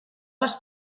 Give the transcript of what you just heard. les